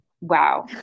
Wow